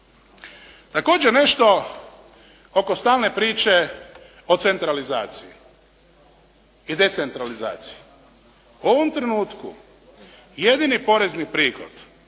Također nešto oko stalne priče o centralizaciji i decentralizaciji. U ovom trenutku jedini porezni prihod